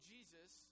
Jesus